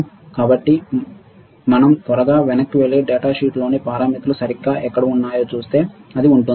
కాబట్టి మేము త్వరగా వెనక్కి వెళ్లి డేటాషీట్లోని పారామితులు సరిగ్గా ఎక్కడ ఉన్నాయో చూస్తే అది ఉంటుంది